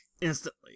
instantly